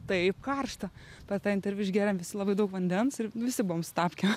taip karšta per tą interviu išgėrėm visi labai daug vandens ir nu visi buvom su tapkėm